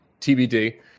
TBD